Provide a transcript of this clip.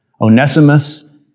Onesimus